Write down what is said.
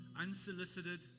unsolicited